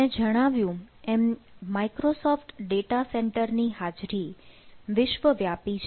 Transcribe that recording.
મે જણાવ્યું એમ Microsoft data centre ની હાજરી વિશ્વ વ્યાપી છે